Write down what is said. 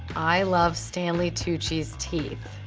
i love stanley tucci's teeth.